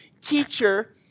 teacher